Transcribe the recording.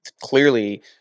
clearly